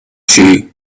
she